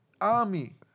army